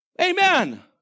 Amen